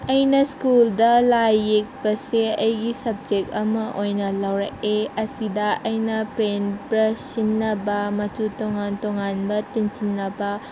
ꯑꯩꯅ ꯁ꯭ꯀꯨꯜꯗ ꯂꯥꯏ ꯌꯦꯛꯄꯁꯦ ꯑꯩꯒꯤ ꯁꯞꯖꯦꯛ ꯑꯃ ꯑꯣꯏꯅ ꯂꯧꯔꯛꯑꯦ ꯑꯁꯤꯗ ꯑꯩꯅ ꯄꯦꯟꯠ ꯕ꯭ꯔꯁ ꯁꯤꯖꯤꯟꯅꯕ ꯃꯆꯨ ꯇꯣꯡꯉꯥꯟ ꯇꯣꯡꯉꯥꯟꯕ ꯇꯤꯟꯁꯤꯟꯅꯕ